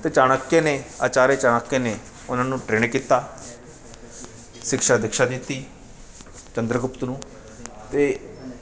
ਅਤੇ ਚਾਣਕਿਆ ਨੇ ਆਚਾਰਿਆ ਚਾਣਕਿਆ ਨੇ ਉਨ੍ਹਾਂ ਨੂੰ ਟ੍ਰੇਨਡ ਕੀਤਾ ਸਿਕਸ਼ਾ ਦਿਕਸ਼ਾ ਦਿੱਤੀ ਚੰਦਰਗੁਪਤ ਨੂੰ ਅਤੇ